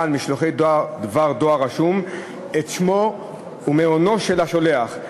על משלוחי דבר דואר רשום את שמו ומענו של השולח,